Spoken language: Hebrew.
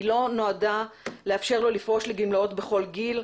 היא לא נועדה לאפשר לו לפרוש לגמלאות בכל גיל,